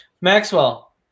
Maxwell